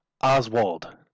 Oswald